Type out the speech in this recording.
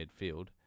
midfield